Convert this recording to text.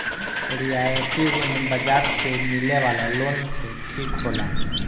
रियायती ऋण बाजार से मिले वाला लोन से ठीक होला